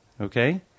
Okay